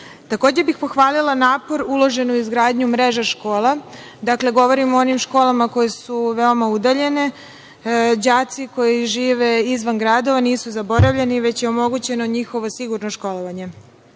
broj. Takođe bih pohvalila napor uložen u izgradnju mreža škola. Dakle, govorim o onim školama koje su veoma udaljene. Đaci koji žive izvan gradova nisu zaboravljeni, već je omogućeno njihovo sigurno školovanje. Pred